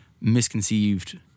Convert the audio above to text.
misconceived